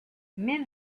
men